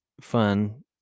fun